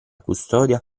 custodia